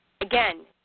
Again